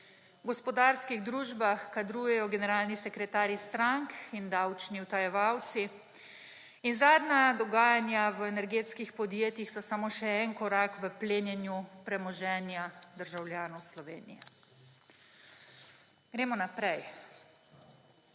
gospodarskih družbah kadrujejo generalni sekretarji strank in davčni utajevalci in zadnja dogajanja v energetskih podjetjih so samo še en korak v plenjenju premoženje državljanov Slovenije. Gremo naprej.